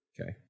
Okay